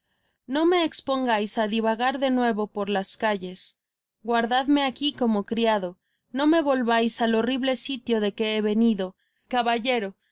no me expongais á divagar de nuevo por las calles guardadme aqui como criado no me volvais al horrible sitio de que be venido caballero os